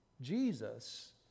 Jesus